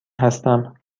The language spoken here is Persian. هستم